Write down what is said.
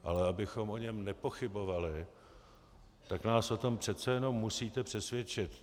Ale abychom o něm nepochybovali, tak nás o tom přece jenom musíte přesvědčit.